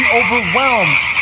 overwhelmed